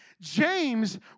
James